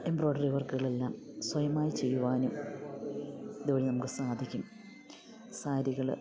embroidery വർക്കുകളെല്ലാം സ്വയമായി ചെയ്യുവാനും ഇതുവഴി നമുക്ക് സാധിക്കും സാരികള്